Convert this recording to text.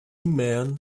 men